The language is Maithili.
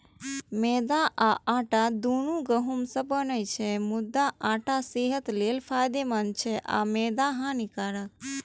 मैदा आ आटा, दुनू गहूम सं बनै छै, मुदा आटा सेहत लेल फायदेमंद छै आ मैदा हानिकारक